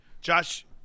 Josh